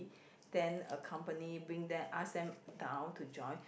then accompany bring them ask them down to join